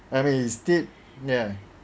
he state yeah